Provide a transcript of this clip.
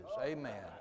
Amen